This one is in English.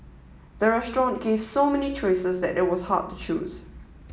the restaurant gave so many choices that it was hard to choose